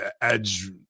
Edge